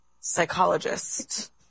psychologist